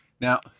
Now